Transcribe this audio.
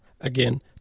Again